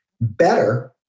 better